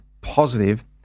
positive